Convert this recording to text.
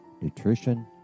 nutrition